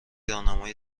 راهنمای